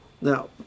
Now